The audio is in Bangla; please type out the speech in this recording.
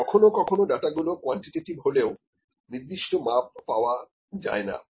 কিন্তু কখনো কখনো ডাটা গুলো কোয়ান্টিটেটিভ হলেও নির্দিষ্ট মাপ পাওয়া যায় না